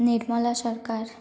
ନିର୍ମଳା ସରକାର